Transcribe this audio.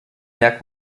merkt